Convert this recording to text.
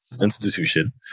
institution